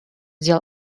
дел